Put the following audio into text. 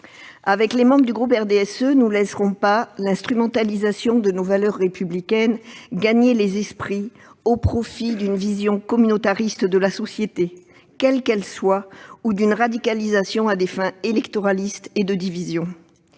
Avec les membres du groupe du RDSE, nous ne laisserons pas l'instrumentalisation de nos valeurs républicaines gagner les esprits au profit d'une vision communautariste de la société, quelle qu'elle soit, ou d'une radicalisation à des fins électoralistes et de division.